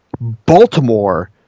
baltimore